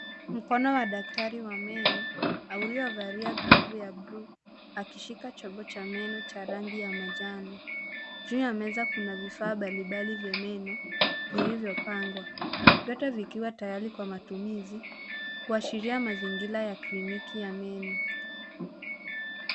Mkono wa daktari wa meno uliovalia glovu ya buluu akishika chombo cha meno cha rangi ya manjano. Juu ya meza kuna vifaa mbalimbali vya meno vilivyopangwa vyote vikiwa tayari kwa matumizi kuashiria mazingira ya kliniki ya meno.